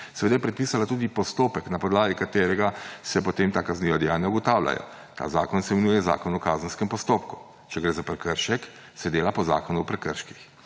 Seveda je predpisala tudi postopek, na podlagi katerega se potem ta kazniva dejanja ugotavljajo. Ta zakon se imenuje Zakon o kazenskem postopku, če gre za prekršek, se dela po Zakonu o prekrških.